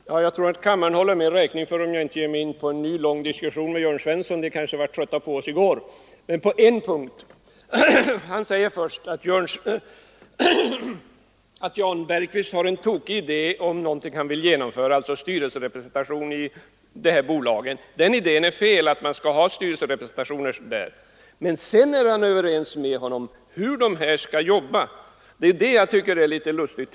Herr talman! Jag tror att kammarens ledamöter håller mig räkning för att jag inte här ger mig in på en ny, lång diskussion med Jörn Svensson; ni kanske blev trötta på oss i går. Men det är ändå en punkt som jag vill något beröra. Herr Svensson sade att Jan Bergqvist har en tokig idé, som han vill genomföra, nämligen detta med styrelserepresentation i bolagen. Den idén är felaktig, man skall inte ha någon styrelserepresentation där, sade herr Svensson. Men sedan var han överens med herr Bergqvist om hur de där styrelserepresentanterna skall arbeta. Det är det som jag finner lustigt.